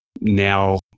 now